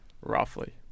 Roughly